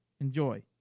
Enjoy